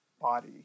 body